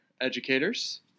educators